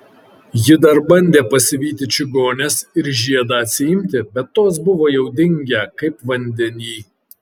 ji dar bandė pasivyti čigones ir žiedą atsiimti bet tos buvo jau dingę kaip vandeny